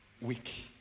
weak